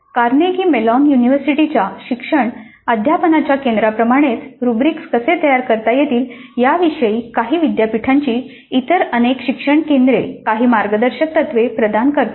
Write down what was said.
Carnegie Mellon युनिव्हर्सिटीच्या शिक्षण अध्यापनाच्या केंद्राप्रमाणेच रब्रिक कसे तयार करता येतील याविषयी काही विद्यापीठांची इतर अनेक शिक्षण केंद्रे काही मार्गदर्शक तत्त्वे प्रदान करतात